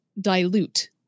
dilute